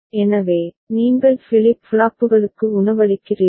எனவே நீங்கள் ஃபிளிப் ஃப்ளாப்புகளுக்கு உணவளிக்கிறீர்கள்